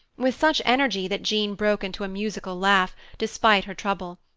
with such energy that jean broke into a musical laugh, despite her trouble.